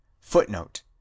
Footnote